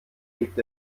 hebt